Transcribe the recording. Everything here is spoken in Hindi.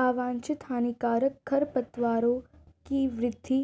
अवांछित हानिकारक खरपतवारों की वृद्धि